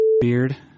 Beard